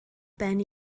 ben